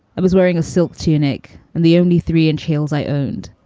i was wearing a silk tunic and the only three inch heels i owned.